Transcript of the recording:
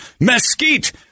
mesquite